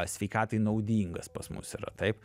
sveikatai naudingas pas mus yra taip